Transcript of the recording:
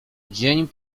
dzień